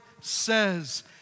says